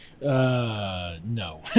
no